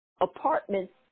Apartments